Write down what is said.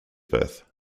birth